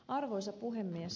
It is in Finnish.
arvoisa puhemies